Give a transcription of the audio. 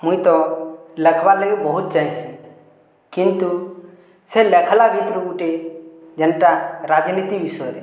ମୁଇଁ ତ ଲେଖ୍ବା ଲାଗି ବହୁତ ଚାହେସି କିନ୍ତୁ ସେ ଲେଖ୍ଲା ଭିତରୁ ଗୁଟେ ଯେନ୍ତା ରାଜନୀତି ବିଷୟରେ